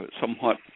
somewhat